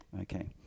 Okay